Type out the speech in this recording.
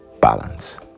balance